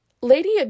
Lady